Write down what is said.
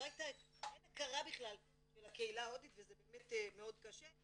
אין הכרה בכלל של הקהילה ההודית וזה באמת מאוד קשה,